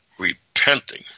repenting